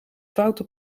foute